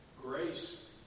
Grace